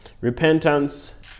Repentance